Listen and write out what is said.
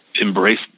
embrace